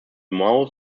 mao